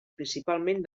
principalment